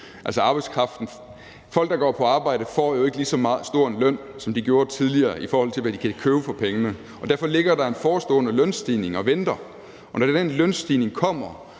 Altså, folk, der går på arbejde, får ikke lige så høj en løn, som de gjorde tidligere, i forhold til hvad de kan købe for pengene. Og derfor ligger der en forestående lønstigning og venter, og når den lønstigning kommer,